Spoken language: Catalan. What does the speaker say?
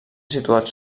situats